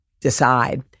decide